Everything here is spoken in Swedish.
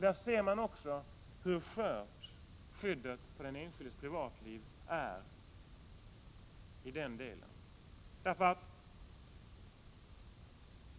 Där ser man också hur skört skyddet för den enskildes privatliv är i den delen.